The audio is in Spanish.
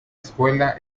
escuela